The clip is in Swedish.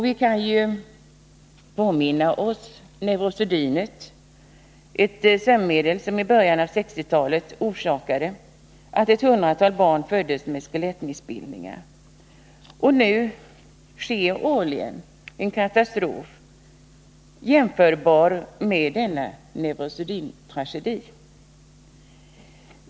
Vi kan ju påminna oss neurosedynet — ett sömnmedel som i början av 1960-talet orsakade att ett hundratal barn föddes med skelettmissbildningar. Nu sker årligen en katastrof som är fullt jämförbar med denna neurosedyntragedi.